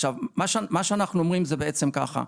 מה שאנחנו אומרים זה בעצם ככה.